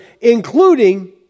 including